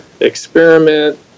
experiment